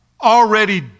Already